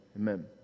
Amen